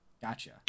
gotcha